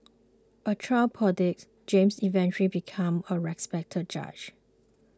a child prodigy James eventually become a respected judge